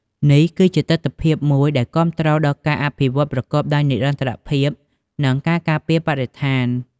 នេះគឺជាទិដ្ឋភាពមួយដែលគាំទ្រដល់ការអភិវឌ្ឍប្រកបដោយនិរន្តរភាព និងការការពារបរិស្ថាន។